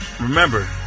remember